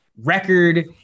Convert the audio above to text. Record